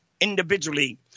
individually